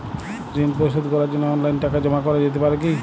ঋন পরিশোধ করার জন্য অনলাইন টাকা জমা করা যেতে পারে কি?